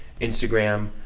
Instagram